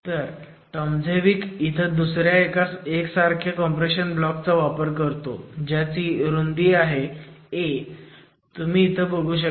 तर टॉमेझेविक इथं दुसऱ्या एका सारख्या कॉम्प्रेशन ब्लॉक चा वापर करतो ज्याची रुंदी a आहे तुम्ही इथं बघू शकता